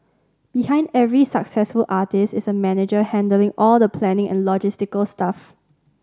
behind every successful artist is a manager handling all the planning and logistical stuff